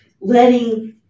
letting